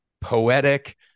poetic